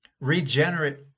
regenerate